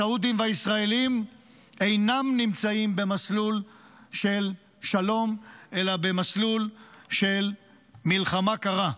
הסעודים והישראלים אינם נמצאים במסלול של שלום אלא במסלול של מלחמה קרה.